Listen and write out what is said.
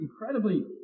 incredibly